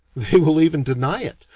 they will even deny it,